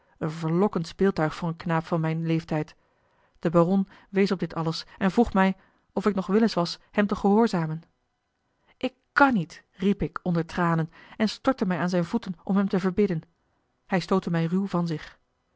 een verlokkend speeltuig voor een knaap van mijn leeftijd de baron wees op dit alles en vroeg mij of ik nog willens was hem te gehoorzamen ik kan niet riep ik onder tranen en stortte mij aan zijne voeten om hem te verbidden hij stootte mij ruw van zich